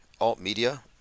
alt-media